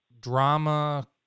drama